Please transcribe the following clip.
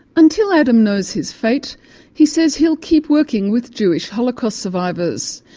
until adam knows his fate he says he'll keep working with jewish holocaust survivors.